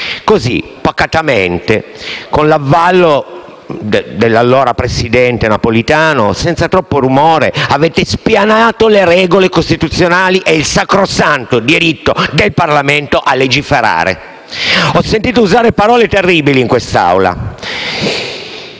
Così, pacatamente, con l'avallo dell'allora presidente Napolitano, senza troppo rumore, avete spianato le regole costituzionali e il sacrosanto diritto del Parlamento a legiferare. Ho sentito usare parole terribili in quest'Assemblea